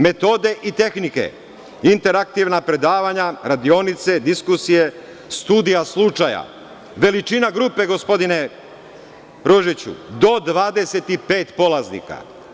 Metode i tehnike, interaktivna predavanja, radionice, diskusije, studija slučaja, veličina grupe gospodine Ružiću, do 25 polaznika.